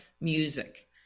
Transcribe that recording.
music